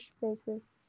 faces